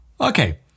Okay